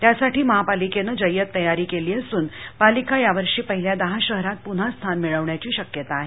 त्यासाठीही पालिकेनं जय्यत तयारी केली असून महापालिका या वर्षी पहिल्या दहा शहरात पुन्हा स्थान मिळविण्याची शक्यता आहे